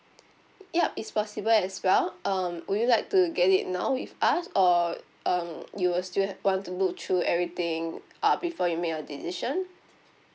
yup it's possible as well um would you like to get it now with us or um you will still want to look through everything uh before you make your decision